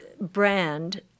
brand